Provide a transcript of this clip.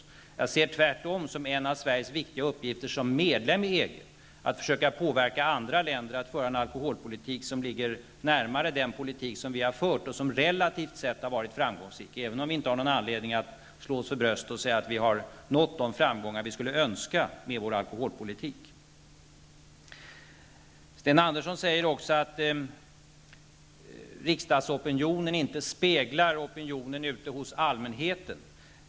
Tvärtom är det, enligt min mening, en av Sveriges viktigaste uppgifter som medlem i EG att försöka påverka andra länder att föra en alkoholpolitik som ligger närmare den politik som vi har fört och som relativt sett har varit framgångsrik, även om vi inte har någon anledning att slå oss för bröstet och säga att vi med våra alkoholpolitik har nått de framgångar som vi önskat. Sten Andersson i Malmö sade att riksdagsopinionen inte speglar opinionen bland allmänheten.